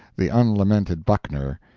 the unlamented buckner,